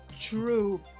true